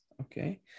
okay